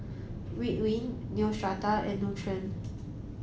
Ridwind Neostrata and Nutren